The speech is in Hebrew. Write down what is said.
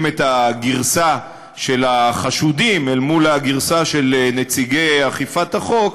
את הגרסה של החשודים אל מול הגרסה של נציגי אכיפת החוק,